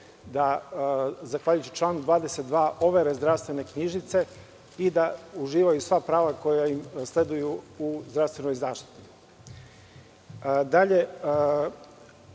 da, zahvaljujući članu 22, overe zdravstvene knjižice i da uživaju sva prava koja im sleduju u zdravstvenoj zaštiti.U